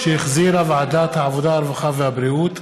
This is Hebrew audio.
שהחזירה ועדת העבודה, הרווחה והבריאות.